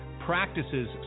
Practices